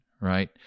right